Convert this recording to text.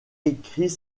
écrits